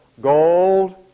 gold